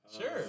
Sure